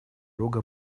рога